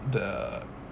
the